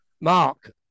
Mark